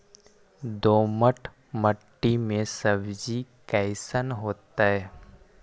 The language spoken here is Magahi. दोमट मट्टी में सब्जी कैसन होतै?